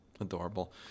adorable